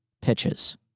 pitches